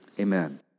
amen